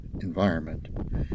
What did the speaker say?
environment